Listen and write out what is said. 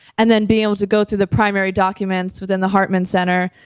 and then being able to go through the primary documents within the hartman center,